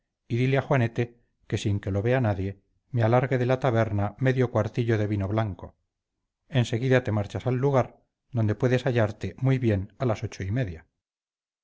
a juanete que sin que lo vea nadie me alargue de la taberna medio cuartillo de vino blanco en seguida te marchas al lugar donde puedes hallarte muy bien a las ocho y media